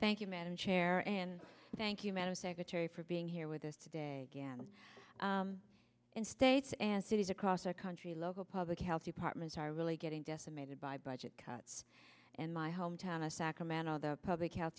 thank you madam chair and thank you madam secretary for being here with us today again in states and cities across the country local public health departments are really getting decimated by budget cuts in my hometown of sacramento the public health